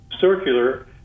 circular